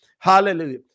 Hallelujah